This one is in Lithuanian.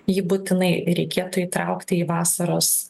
jį būtinai reikėtų įtraukti į vasaros